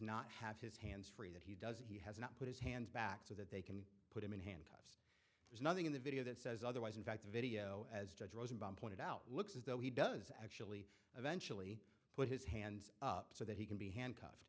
not have his hands free that he does he has not put his hands back so that they can put him in handcuffs there's nothing in the video that says otherwise in fact the video as judge rosenbaum pointed out looks as though he does actually eventually put his hands up so that he can be handcuffed